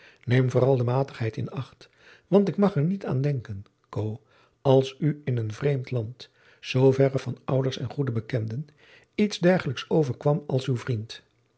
neem vooral de matigheid in acht want ik mag er niet aan denken koo als u in een vreemd land zoo verre van ouders en goede bekenden iets dergelijks overkwam als uw vriend